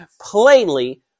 plainly